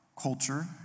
culture